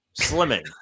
Slimming